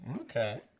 Okay